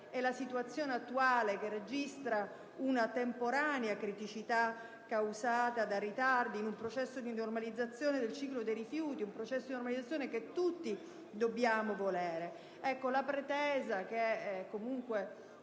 e la situazione attuale, che registra una temporanea criticità causata da ritardi in un processo di normalizzazione del ciclo dei rifiuti che tutti dobbiamo volere.